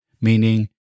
meaning